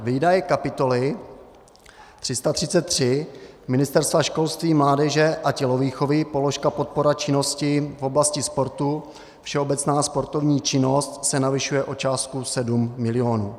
Výdaje kapitoly 333 Ministerstva školství, mládeže a tělovýchovy, položka podpora činnosti v oblasti sportu, všeobecná sportovní činnost, se navyšuje o částku 7 milionů.